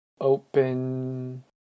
Open